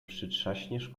przytrzaśniesz